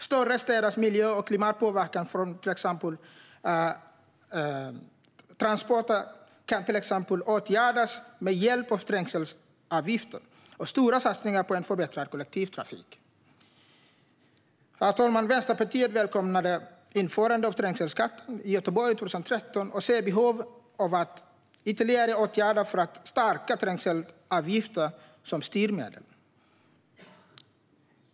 Större städers miljö och klimatpåverkan från transporter kan till exempel åtgärdas med hjälp av trängselavgifter och stora satsningar på en förbättrad kollektivtrafik. Vänsterpartiet välkomnade införandet av trängselskatt i Göteborg 2013 och ser behov av ytterligare åtgärder för att stärka trängselavgifter som styrmedel.